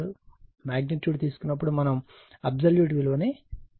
ఇప్పుడు మాగ్నిట్యూడ్ తీసుకున్నప్పుడు మనము అబ్సల్యూట్ విలువని పరిగణిస్తాము